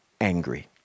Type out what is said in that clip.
angry